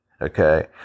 Okay